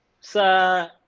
sa